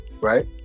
right